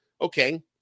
okay